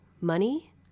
money